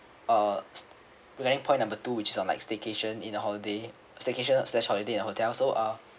uh glaring point number two which is on like staycation in a holiday staycation slash holiday in hotel so uh